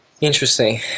Interesting